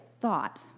thought